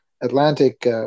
Atlantic